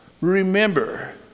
Remember